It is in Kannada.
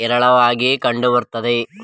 ಹೇರಳವಾಗಿ ಕಂಡುಬರ್ತವೆ